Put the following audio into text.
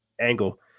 angle